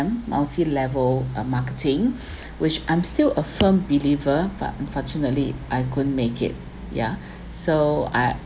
multi level uh marketing which I'm still a firm believer but unfortunately I couldn't make it yeah so I